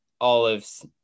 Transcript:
olives